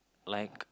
like